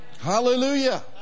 Hallelujah